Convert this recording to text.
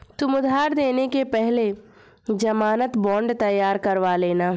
तुम उधार देने से पहले ज़मानत बॉन्ड तैयार करवा लेना